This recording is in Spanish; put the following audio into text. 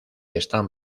están